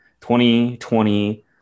2020